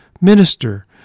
minister